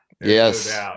yes